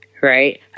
right